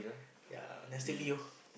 ya just let me know